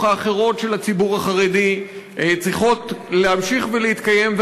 האחרות של הציבור החרדי צריכות להמשיך ולהתקיים,